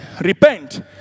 Repent